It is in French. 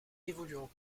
évoluent